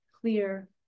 clear